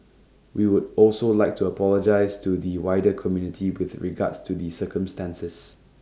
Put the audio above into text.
we would also like to apologise to the wider community with regards to the circumstances